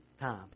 time